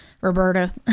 Roberta